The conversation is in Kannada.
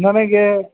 ನನಗೆ